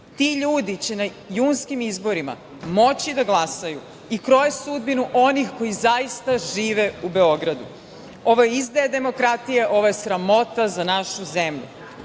Ti ljudi će na junskim izborima moći da glasaju i kroje sudbinu onih koji zaista žive u Beogradu. Ovo je izdaja demokratije, ovo je sramota za našu